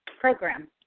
program